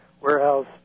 warehouse